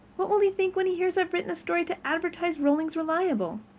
what will he think when he hears i've written a story to advertise rollings reliable?